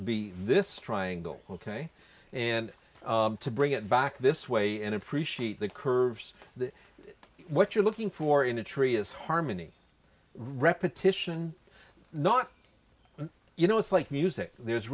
be this triangle ok and to bring it back this way and appreciate the curves that what you're looking for in a tree is harmony repetition not you know it's like music there's